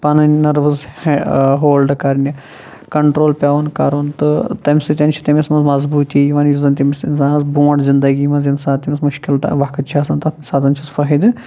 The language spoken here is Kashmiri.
پنٕنۍ نروٕز ہولڑٕ کرنہِ کَنٹرول پیٚوان کرُن تہٕ تَمہ سۭتۍ چھِ تٔمس منٛز مضبوٗطی یِوان یُس زَن تٔمس اِنسانس برٛونٹھ زِنٛدگی منٛز ییٚمہِ ساتہٕ تٔمس مُشکِل وَقت چھُ آسان تَمہِ ساتہٕ چھُس فٲیِدٕ